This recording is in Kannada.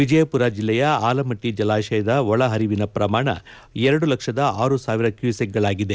ವಿಜಯಪುರ ಜಿಲ್ಲೆಯ ಆಲಮಟ್ಟಿ ಜಲಾಶಯದ ಒಳ ಹರಿವಿನ ಪ್ರಮಾಣ ಎರಡು ಲಕ್ಷದ ಆರು ಸಾವಿರ ಕ್ಯೂಸೆಕ್ಗಳಾಗಿದೆ